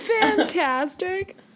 fantastic